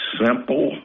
simple